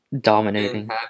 Dominating